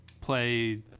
play